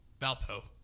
Valpo